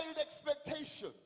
expectation